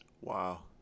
Wow